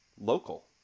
local